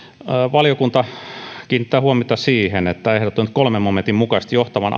valiokunta kiinnittää huomiota siihen että ehdotetun kolmannen momentin mukaisesti johtavan